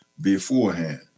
beforehand